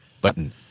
Button